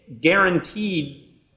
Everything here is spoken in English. guaranteed